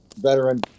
veteran